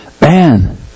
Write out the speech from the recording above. Man